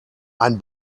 ein